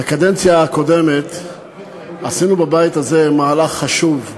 בקדנציה הקודמת עשינו בבית הזה מהלך חשוב: